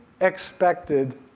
expected